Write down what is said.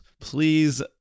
Please